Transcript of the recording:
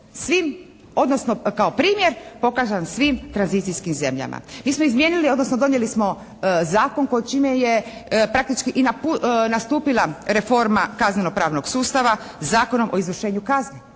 odnosno kao primjer pokazan svim tranzicijskim zemljama. Mi smo izmijenili, odnosno donijeli smo zakon čime je praktički i nastupila reforma kaznenopravnog sustava, Zakonom o izvršenju kazni.